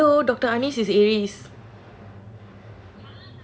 hello doctor anis is aries